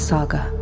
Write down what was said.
Saga